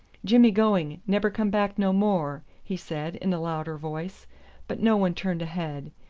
jimmy going nebber come back no more, he said in a louder voice but no one turned a head.